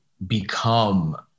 become